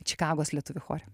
čikagos lietuvių chore